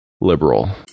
liberal